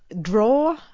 draw